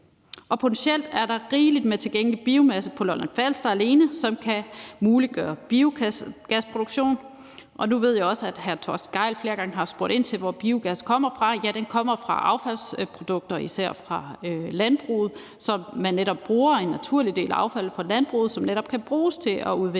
Potentielt er der rigeligt med tilgængelig biomasse på Lolland-Falster alene, som kan muliggøre en biogasproduktion. Nu ved jeg også, at hr. Torsten Gejl flere gange har spurgt ind til, hvordan biogassen kommer fra – den kommer fra affaldsprodukter fra især landbruget, så man netop bruger en del af affaldet fra landbruget, som kan bruges til at udvinde